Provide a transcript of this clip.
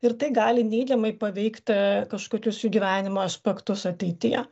ir tai gali neigiamai paveikti kažkokius jų gyvenimo aspektus ateityje